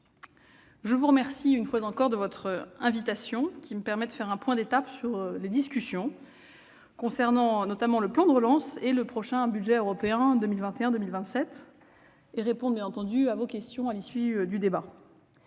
je vous remercie de votre invitation qui me permet de faire un point d'étape sur les discussions concernant notamment le plan de relance, ainsi que le prochain budget européen 2021-2027 et de répondre à vos questions à l'issue du débat.